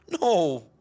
No